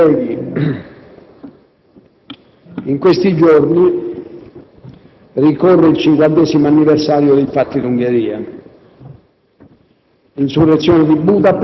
Onorevoli colleghi, in questi giorni ricorre il cinquantesimo anniversario dei fatti d'Ungheria.